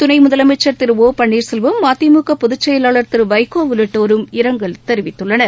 துனை முதலமைச்சர் திரு ஒ பன்னீர்செல்வம் மதிமுக பொதுச் செயலாளர் திரு வைகோ உள்ளிட்டோரும் இரங்கல் தெரிவித்துள்ளனர்